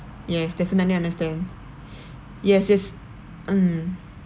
yes definitely understand yes yes mm